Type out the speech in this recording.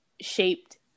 shaped